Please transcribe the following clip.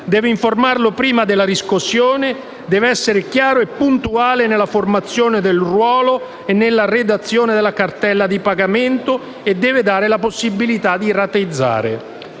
deve informarlo prima della riscossione, deve essere chiaro e puntuale nella formazione del ruolo e nella redazione della cartella di pagamento e deve dare la possibilità di rateizzare.